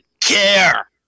care